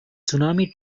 tsunami